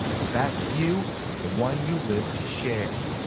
the best view is the one you live to share.